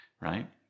right